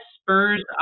spurs